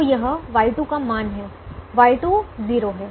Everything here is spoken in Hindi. तो यह Y2 का मान है Y2 0 है